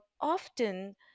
often